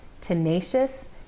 tenacious